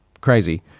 crazy